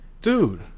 Dude